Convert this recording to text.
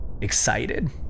excited